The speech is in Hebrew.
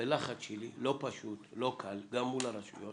בלחץ שלי לא פשוט, לא קל, גם מול הרשויות